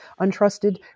untrusted